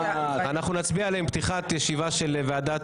נצביע על הרוויזיות עם פתיחת הישיבה של הוועדה